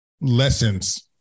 lessons